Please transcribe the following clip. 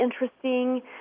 interesting